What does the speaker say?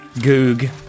Goog